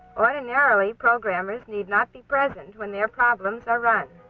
ordinarily, programmers need not be present when their problems are run.